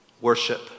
worship